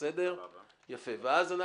ואז,